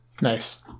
Nice